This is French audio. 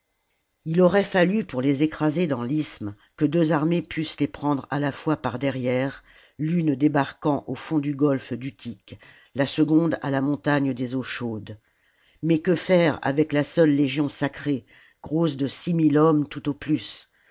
ii aurait fallu pour les écraser dans l'isthme que deux armées pussent les prendre à la fois par derrière l'une débarquant au fond du golfe d'utique la seconde à la montagne des eaux ghaudes mais que faire avec la seule légion sacrée grosse de six mille hommes tout au plus